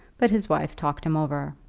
but his wife talked him over.